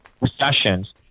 recessions